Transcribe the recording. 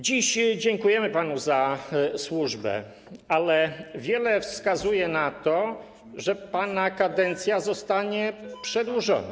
Dziś dziękujemy panu za służbę, ale wiele wskazuje na to, że pana kadencja zostanie przedłużona.